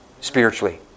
spiritually